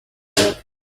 himself